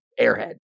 Airhead